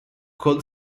cold